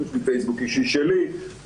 לעומת זאת,